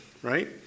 right